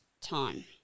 time